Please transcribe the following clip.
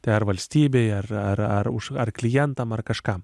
tai ar valstybei ar ar ar už ar klientams ar kažkam